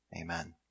Amen